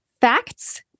Facts